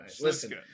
Listen